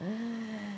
!hais!